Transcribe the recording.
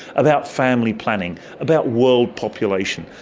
about family planning, about world population.